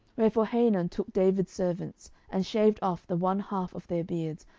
wherefore hanun took david's servants, and shaved off the one half of their beards,